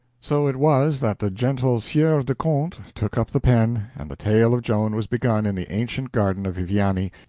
so it was that the gentle sieur de conte took up the pen, and the tale of joan was begun in the ancient garden of viviani,